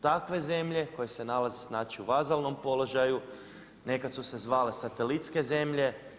Takve zemlje koje se nalaze u vazalnom položaju, neka su se zvale satelitske zemlje.